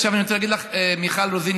עכשיו אני רוצה להגיד לך מיכל רוזין,